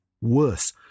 Worse